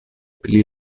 pli